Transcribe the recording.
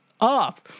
off